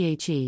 PHE